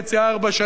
ארבע שנים,